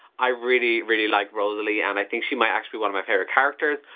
i really really like rosalie and i think she might actually be one of my favorite characters.